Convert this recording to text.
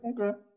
Okay